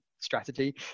strategy